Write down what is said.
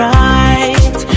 right